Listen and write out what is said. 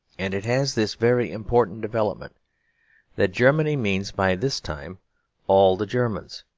and it has this very important development that germany means by this time all the germans,